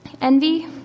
envy